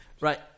Right